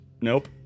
Nope